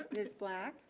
ms. black.